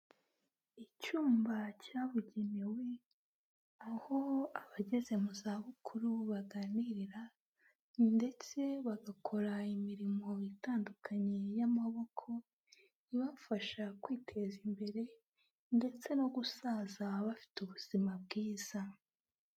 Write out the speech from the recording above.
Icyumba cyabugenewe aho abageze mu zabukuru baganirira ndetse bagakora imirimo itandukanye y'amaboko ibafasha kwiteza imbere ndetse no gusaza bafite ubuzima bwiza.